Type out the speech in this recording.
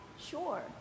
Sure